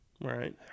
right